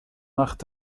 macht